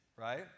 right